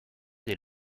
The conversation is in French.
des